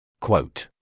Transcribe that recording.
Quote